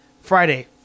Friday